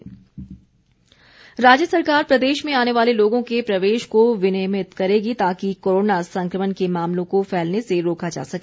जयराम राज्य सरकार प्रदेश में आने वाले लोगों के प्रवेश को विनियमित करेगी ताकि कोरोना संक्रमण के मामलों को फैलने से रोका जा सके